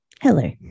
hello